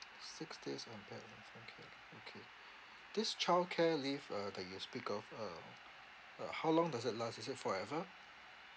six days on parents okay okay this childcare leave uh that you speak of uh uh how long does it last is it forever